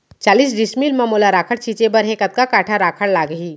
चालीस डिसमिल म मोला राखड़ छिंचे बर हे कतका काठा राखड़ लागही?